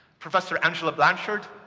professor angela blanchard,